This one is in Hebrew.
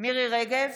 מירי מרים רגב,